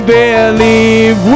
believe